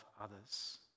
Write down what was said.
others